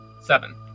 Seven